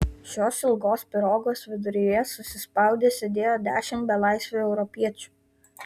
šios ilgos pirogos viduryje susispaudę sėdėjo dešimt belaisvių europiečių